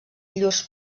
llurs